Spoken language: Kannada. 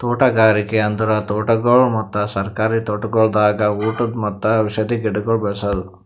ತೋಟಗಾರಿಕೆ ಅಂದುರ್ ತೋಟಗೊಳ್ ಮತ್ತ ಸರ್ಕಾರಿ ತೋಟಗೊಳ್ದಾಗ್ ಉಟದ್ ಮತ್ತ ಔಷಧಿ ಗಿಡಗೊಳ್ ಬೇಳಸದ್